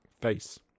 face